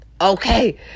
Okay